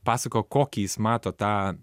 pasakojo kokį jis mato tą